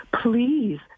Please